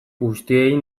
guztiei